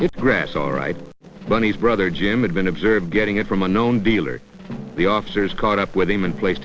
brother grass alright bunnies brother jim had been observed getting it from a known dealer the officers caught up with him and place